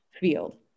field